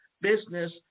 Business